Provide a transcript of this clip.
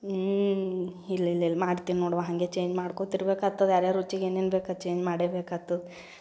ಹ್ಞೂ ಇಲ್ಲಿಲ್ಲಿಲ್ಲ ಮಾಡ್ತೀನಿ ನೋಡವ್ವ ಹಾಗೇ ಚೇಂಜ್ ಮಾಡ್ಕೊತಿರ್ಬೇಕಾತ್ತದೆ ಯಾರ ಯಾರ ರುಚಿಗೆ ಏನೇನು ಬೇಕು ಚೇಂಜ್ ಮಾಡೇ ಬೇಕಾತ್ತದೆ